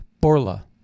Borla